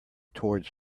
towards